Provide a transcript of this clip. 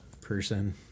person